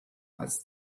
als